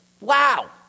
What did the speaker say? Wow